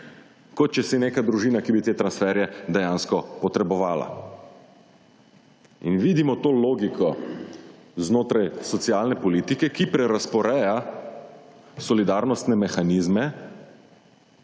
kot če si neka družina, ki bi te transferje dejansko potrebovala. In vidimo to logiko znotraj socialne politike, ki prerazporeja solidarnostne mehanizme